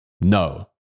No